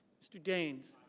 mr. daines.